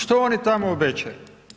Što oni tamo obećaju?